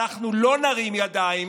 ואנחנו לא נרים ידיים,